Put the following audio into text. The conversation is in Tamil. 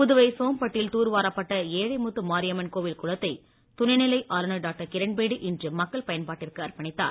புதுவை சோம்பட்டில் தூர்வாரப்பட்ட ஏழை முத்து மாரியம்மன் கோவில் குளத்தை துணைநிலை ஆளுநர்டாக்டர் கிரண்பேடி இன்று மக்கள் பயன்பாட்டிற்கு அர்ப்பணித்தார்